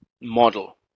model